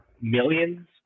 millions